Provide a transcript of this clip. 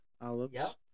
olives